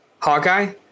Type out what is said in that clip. Hawkeye